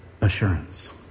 assurance